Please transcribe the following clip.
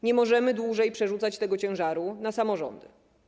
Nie możemy dłużej przerzucać tego ciężaru na samorządy.